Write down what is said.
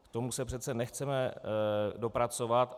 K tomu se přece nechceme dopracovat.